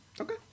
Okay